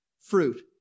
fruit